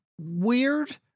weird